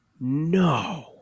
no